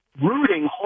rooting